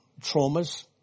traumas